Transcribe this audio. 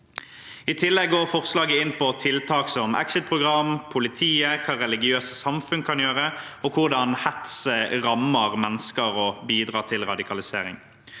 I tillegg går forslaget inn på tiltak som exit-program, politiet, hva religiøse samfunn kan gjøre, og hvordan hets rammer mennesker og bidrar til radikalisering.